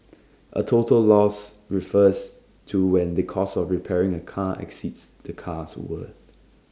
A total loss refers to when the cost of repairing A car exceeds the car's worth